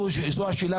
זו השאלה.